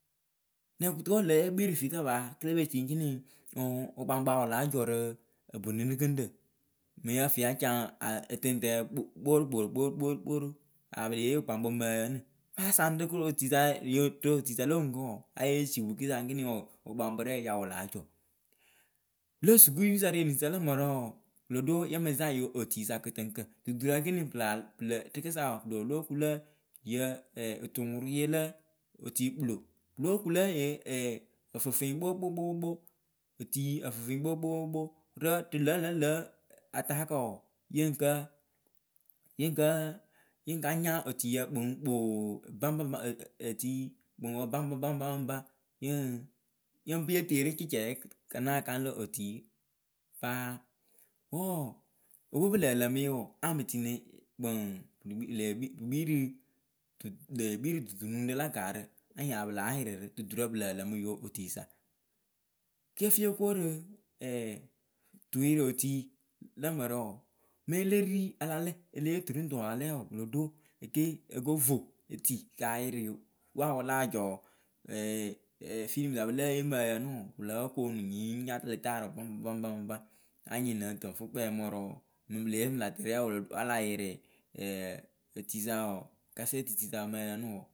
Nɛ kɨto wǝ́ lǝ ye kpii rɨ fiisa paa ke le pe ekini ǝ wɨkpaŋkpǝ ya wɨ láa jɔ rɨ bwerenigɨŋrǝ. Mɨŋ yǝ fɨ ya caŋ ǝtɨŋtǝɛ kporukporukporukporu ya pɨ le ye wɨkpaŋkpǝ mɨ ǝyǝ ǝnǝ aya saŋ rɨ fɨ rɨ yio rɨ yio tuisa lo ŋuŋkǝ wǝǝ ya ye ci wɨ rɨkɨsa ekini wǝǝ wɨkpaŋkpɛrɛ ya wɨ láa jɔ. Lǒ sukupipǝ sa rɨ eniyǝsa lǝ mǝrǝ wǝǝ wɨ lo ɖo la mɨ za yɨ otuisa kɨtɨŋkǝ duturǝ ekini pɨ la pɨ lǝ rɨkɨsa wǝǝ pɨ loo lóo ku lǝ yǝ otuŋrʊye lǝ otui kpǝlo pɨ lóo ku lǝ yǝ ǝfɨfɨɩ kpo kpo kpo kpo otui ǝfɨfɨɩ kpo kpo kpo kpo rɨ ŋlǝlǝ lǝ ataa kǝ wǝǝ yɨŋ kǝ Yɨŋ kǝ yɨŋ ka nya otuyǝ kpǝŋkpoo baŋbaba otui kpǝŋwǝ baŋbabaŋbababa yɨŋ yɨŋ fɨ ye teeri cɩcɛɛ ya náa kaŋ lǝ otui paa wǝ́ wǝǝ epǝ we pɨ lǝǝ lǝmɨ yɨ wǝǝ anyɩŋ pɨ tini kpǝŋ pǝ lǝǝ kpii pɨ kpii rɨ pɨ lee kpii rɨ dutunuŋrǝ la gaarǝ anyɩŋ a pɨ láa yɩrɩ rɨ duturǝ pɨ lǝǝ lǝmɨ yɨ otuisa ke yǝ fɩ yo ko rǝ. tuyɩrɩ otui lǝ mǝrǝ wǝǝ mɛ le ri a lɛ e le yee turuŋtu a la lɛ wǝǝ wɨ lo do e ke o ko vo etii kɨ ayɩrɩ we wɨ láa jɔɔ efilimɨsa pɨ lée yee mɨ ǝyǝ wǝǝ pɨ lóo koonu nyii ŋ nya lɛtaarɨwǝ baŋba baŋba anyɩŋ lɨŋtɨ ŋ fɨ kpɛɛmʊrʊ mɨŋ pɨ le yee mɨ lä tɨrɛ wǝǝ wǝa la yɩrɩ, otuisa wǝǝ kasɛtɨ tuisa mɨ ǝyǝ ǝnɨ wǝǝ.